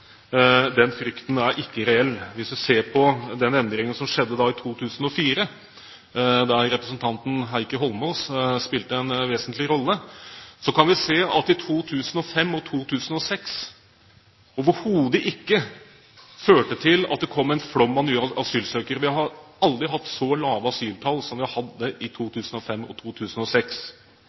Den frykten er ikke reell. Hvis man ser på den endringen som skjedde i 2004, der representanten Heikki Holmås spilte en vesentlig rolle, kan vi se at det i 2005 og 2006 overhodet ikke førte til at det kom en flom av nye asylsøkere. Vi har aldri hatt så lave asyltall som vi hadde i 2005 og 2006.